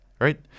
right